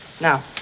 Now